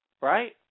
right